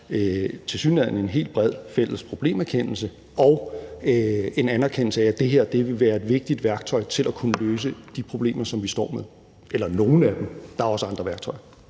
tilsyneladende en helt bred fælles problemerkendelse og en anerkendelse af, at det her vil være et vigtigt værktøj til at kunne løse de problemer, som vi står med – eller nogle af dem, der er også andre værktøjer.